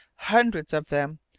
hundreds of them,